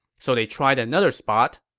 so they tried another spot,